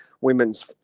women's